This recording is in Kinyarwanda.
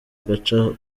agaca